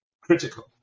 Critical